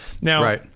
Now